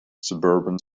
suburban